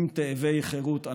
אם תאבי חירות אנחנו.